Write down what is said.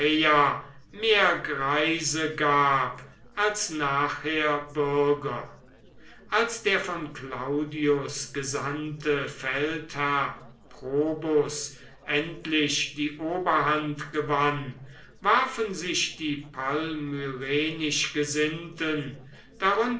mehr greise gab als nachher bürger als der von claudius gesandte feldherr probus endlich die oberhand gewann warfen sich die palmyrenisch gesinnten